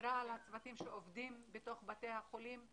שמירה על הצוותים שעובדים בתוך בתי החולים,